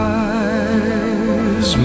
eyes